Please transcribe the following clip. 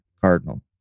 Cardinal